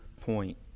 point